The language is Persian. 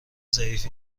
ظریفی